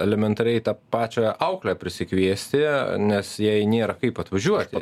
elementariai tą pačią auklę prisikviesti nes jai nėra kaip atvažiuoti